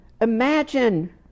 Imagine